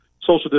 social